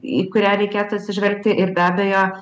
į kurią reikėtų atsižvelgti ir be abejo